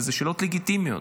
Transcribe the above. ואלו שאלות לגיטימיות.